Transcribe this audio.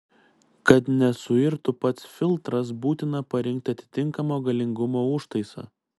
kad nesuirtų pats filtras būtina parinkti atitinkamo galingumo užtaisą